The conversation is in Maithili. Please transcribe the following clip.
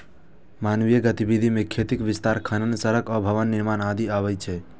मानवीय गतिविधि मे खेतीक विस्तार, खनन, सड़क आ भवन निर्माण आदि अबै छै